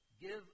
give